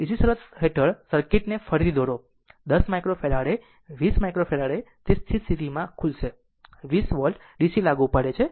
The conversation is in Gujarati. હવે DC શરત હેઠળ સર્કિટ ને ફરીથી દોરો કે 10 માઇક્રોફેરાડે 20 માઇક્રોફેરાડે તે સ્થિર સ્થિતિમાં ખુલશે અને 20 વોલ્ટ DC લાગુ પડે છે